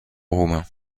roumain